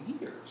years